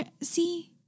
see